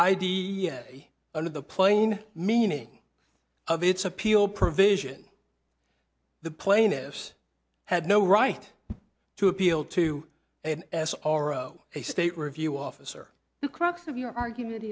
say under the plain meaning of its appeal provision the plaintiffs had no right to appeal to an s r o a state review officer the crux of your argument